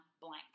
blank